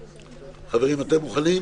חברים, אתם מוכנים?